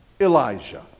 Elijah